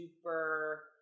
super